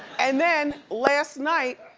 and then, last night,